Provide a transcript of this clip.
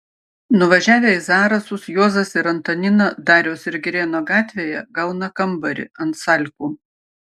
nuvažiavę į zarasus juozas ir antanina dariaus ir girėno gatvėje gauna kambarį ant salkų